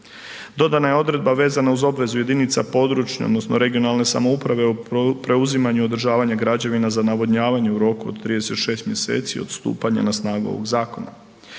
Dodana je odredba vezano uz obvezu jedinica područne odnosno regionalne samouprave o preuzimanju i održavanju građevina za navodnjavanje u roku od 36 mjeseci od stupanja na snagu ovog zakona.